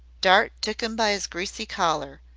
dart took him by his greasy collar.